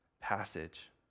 passage